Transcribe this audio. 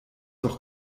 doch